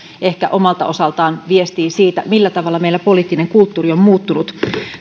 ehkä omalta osaltaan viestii siitä millä tavalla meillä poliittinen kulttuurimme on muuttunut